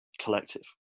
collective